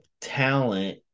talent